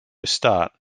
start